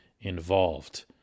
involved